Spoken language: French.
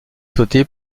sauté